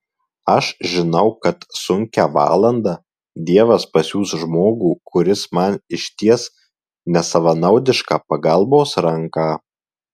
aš žinau kad sunkią valandą dievas pasiųs žmogų kuris man išties nesavanaudišką pagalbos ranką